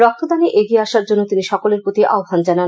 রক্তদানে এগিয়ে আসার জন্য তিনি সকলের প্রতি আহ্ণান জানান